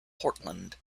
portland